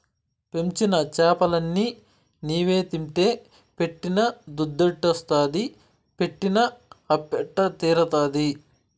పెంచిన చేపలన్ని నీవే తింటే పెట్టిన దుద్దెట్టొస్తాది పెట్టిన అప్పెట్ట తీరతాది